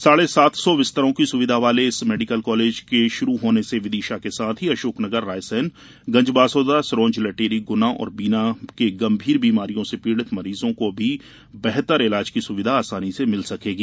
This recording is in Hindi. साढ़े सात सौ बिस्तरों की सुविधा वाले इस मेडिकल कॉलेज के शुरू होने से विदिशा के साथ ही अशोकनगर रायसेन गंजबासौदा सिरोंज लटेरी गुना और बीना के गंभीर बीमारियों से पीड़ित मरीजों को भी बेहतर इलाज की सुविधा आसानी से मिल सकेगी